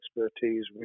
expertise